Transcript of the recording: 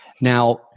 Now